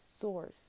source